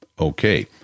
okay